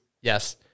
Yes